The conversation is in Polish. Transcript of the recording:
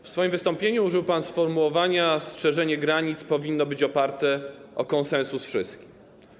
W swoim wystąpieniu użył pan sformułowania: strzeżenie granic powinno być oparte o konsensus wszystkich.